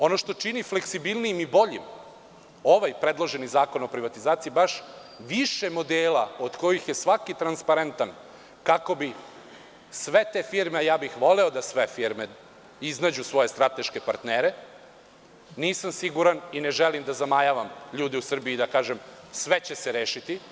Ono što čini fleksibilnijim i boljim ovaj predloženi Zakon o privatizaciji baš više modela od kojih je svaki transparentan kako bi sve te firme, a ja bih voleo da sve firme iznađu svoje strateške partnere, nisam siguran i ne želim da zamajavam ljude u Srbiji da kažem sve će se rešiti.